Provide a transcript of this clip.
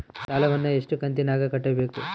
ಸಾಲವನ್ನ ಎಷ್ಟು ಕಂತಿನಾಗ ಕಟ್ಟಬೇಕು?